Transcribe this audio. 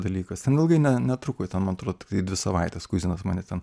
dalykas ten ilgai netruko ten man atrodo tiktai dvi savaites kuzinas mane ten